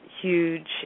huge